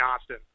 Austin